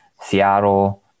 Seattle